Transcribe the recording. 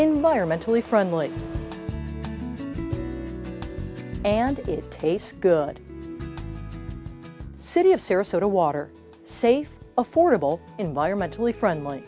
environmentally friendly and it tastes good city of sarasota water safe affordable environmentally friendly